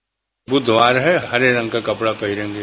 bite बुधवार है हरे रंग का कपड़ा पहनेगे